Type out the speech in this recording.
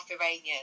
Iranian